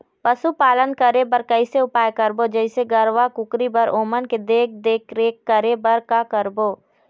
पशुपालन करें बर कैसे उपाय करबो, जैसे गरवा, कुकरी बर ओमन के देख देख रेख करें बर का करबो?